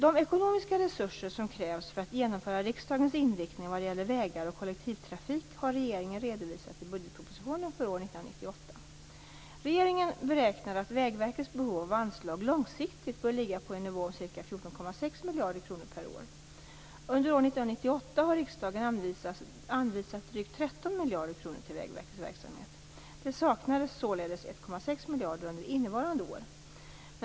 De ekonomiska resurser som krävs för att genomföra riksdagens inriktning vad gäller vägar och kollektivtrafik har regeringen redovisat i budgetpropositionen för år 1998. Regeringen beräknade att Vägverkets behov av anslag långsiktigt bör ligga på en nivå om ca 14,6 miljarder kronor per år. Under år 1998 har riksdagen anvisat drygt 13 miljarder kronor till Vägverkets verksamhet. Det saknas således 1,6 miljarder under innevarande år.